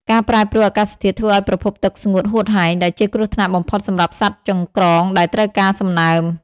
ការប្រែប្រួលអាកាសធាតុធ្វើឱ្យប្រភពទឹកស្ងួតហួតហែង ដែលជាគ្រោះថ្នាក់បំផុតសម្រាប់សត្វចង្រ្កងដែលត្រូវការសំណើម។